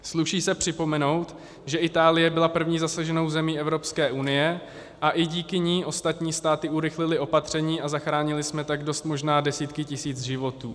Sluší se připomenout, že Itálie byla první zasaženou zemí Evropské unie a i díky ní ostatní státy urychlily opatření a zachránili jsme tak dost možná desítky tisíc životů.